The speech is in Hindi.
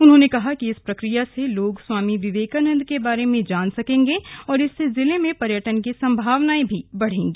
उन्होंने कहा कि इस प्रक्रिया से लोग स्वामी विवेकानन्द के बारे में जान सकेंगे और इससे जिले में पर्यटन की संभावनांए भी बढ़ेंगी